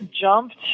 jumped